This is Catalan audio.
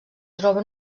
troba